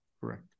correct